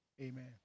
Amen